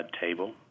table